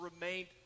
Remained